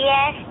Yes